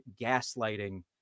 gaslighting